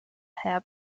herr